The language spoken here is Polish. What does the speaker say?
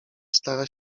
stara